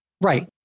right